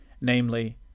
namely